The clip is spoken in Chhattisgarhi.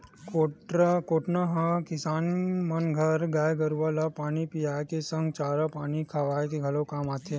कोटना हर किसान मन घर गाय गरुवा ल पानी पियाए के संग चारा पानी खवाए के घलोक काम आथे